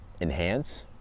enhance